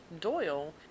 Doyle